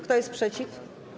Kto jest przeciw?